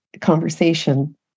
conversation